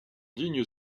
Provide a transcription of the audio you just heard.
digne